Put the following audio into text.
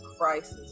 crisis